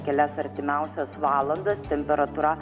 kelias artimiausias valandas temperatūra